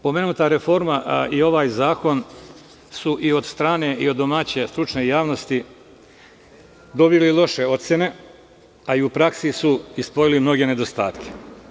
Pomenuta reforma i ovaj zakon su i od strane domaće stručne javnosti dobili loše ocene, a i u praksi su ispoljili mnoge nedostatke.